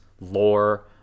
lore